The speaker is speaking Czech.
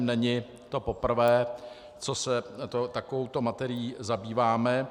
Není to poprvé, co se takovouto materií zabýváme.